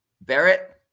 Barrett